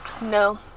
No